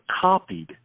copied